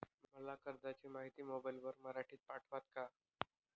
मला कर्जाची माहिती मोबाईलवर मराठीत पाठवता का?